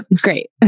Great